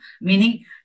Meaning